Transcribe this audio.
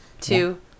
two